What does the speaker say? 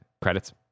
Credits